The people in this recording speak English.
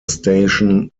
station